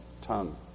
tongue